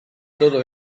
todo